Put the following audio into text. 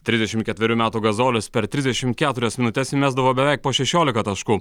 trisdešimt ketverių metų gazolis per trisdešimt keturias minutes įmesdavo beveik po šešiolika taškų